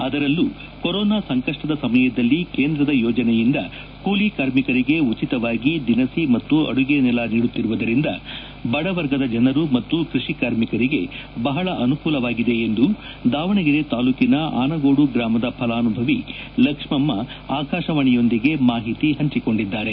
ಅದರಲ್ಲೂ ಕೊರೋನಾ ಸಂಕಷ್ಟದ ಸಮಯದಲ್ಲಿ ಕೇಂದ್ರದ ಯೋಜನೆಯಿಂದ ಕೂಲಿ ಕಾರ್ಮಿಕರಿಗ ಉಚಿತವಾಗಿ ದಿನಸಿ ಮತ್ತು ಅಡುಗೆ ಅನಿಲ ನೀಡುತ್ತಿರುವುದರಿಂದ ಬದವರ್ಗದ ಜನರು ಮತ್ತು ಕೃಷಿ ಕಾರ್ಮಿಕರಿಗೆ ಬಹಳ ಅನುಕೂಲವಾಗಿದೆ ಎಂದು ದಾವಣಗೆರೆ ತಾಲೂಕಿನ ಅನಗೊಡು ಗ್ರಾಮದ ಫೆಲಾನುಭವಿ ಲಕ್ಷ್ಮ ಮ್ಮ ಆಕಾಶವಾಣಿಯೊಂದಿಗೆ ಮಾಹಿತಿ ಹಂಚಿಕೊಂಡಿದ್ದಾರೆ